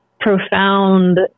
profound